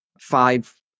five